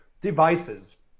devices